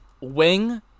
wing